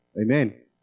Amen